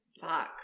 Fuck